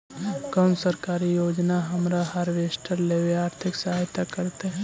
कोन सरकारी योजना हमरा हार्वेस्टर लेवे आर्थिक सहायता करतै?